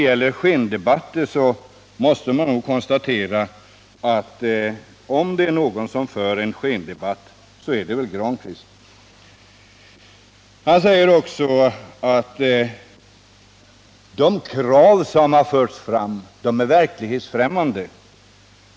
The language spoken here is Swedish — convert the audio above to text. Om det är någon som för en skendebatt, så är det väl Pär Granstedt. Han säger också att de krav som har förts fram är verklighetsfrämmande.